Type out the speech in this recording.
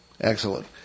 Excellent